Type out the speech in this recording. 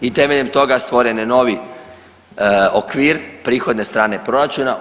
I temeljem toga stvoren je novi okvir prihodne strane proračuna.